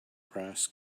brass